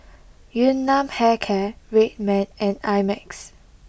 Yun Nam Hair Care Red Man and I Max